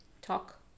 talk